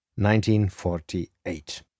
1948